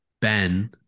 Ben